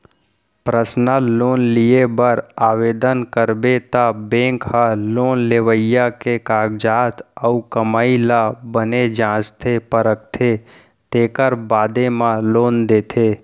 personal loan लिये बर ओवदन करबे त बेंक ह लोन लेवइया के कागजात अउ कमाई ल बने जांचथे परखथे तेकर बादे म लोन देथे